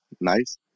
nice